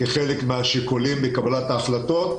כחלק מהשיקולים בקבלת ההחלטות.